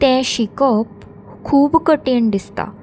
तें शिकप खूब कठीण दिसता